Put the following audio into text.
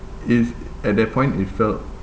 it's at that point it felt